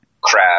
crab